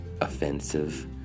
offensive